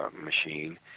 machine